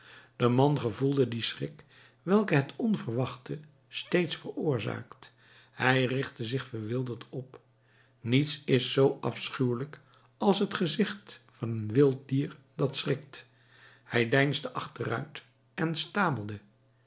de man gevoelde dien schrik welken het onverwachte steeds veroorzaakt hij richtte zich verwilderd op niets is zoo afschuwelijk als het gezicht van een wild dier dat schrikt hij deinsde achteruit en stamelde